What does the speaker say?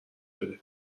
بده